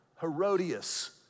Herodias